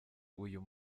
uyu